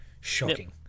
shocking